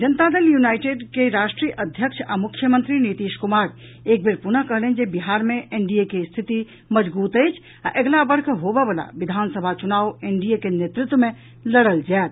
जनता Dal united के राष्ट्रीय अध्यक्ष आ मुख्यमंत्री नीतीश कुमार एक बेर पुनः कहलनि जे बिहार मे एनडीए के स्थिति मजगूत अछि आ अगिला वर्ष होबय वला विधानसभा चुनाव एनडीए के नेतृत्व मे लड़ल जायत